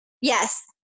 yes